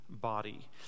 body